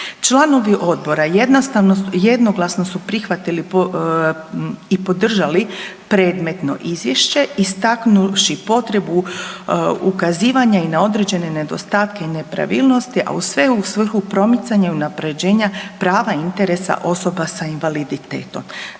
jednostavno su, jednoglasno su prihvatili i podržali predmetno izvješće istaknuvši potrebu ukazivanja i na određene nedostatke i nepravilnosti, a sve u svrhu promicanja i unapređenja prava i interesa osoba sa invaliditetom.